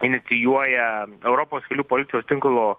inicijuoja europos kelių policijos tinklo